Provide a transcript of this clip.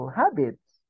habits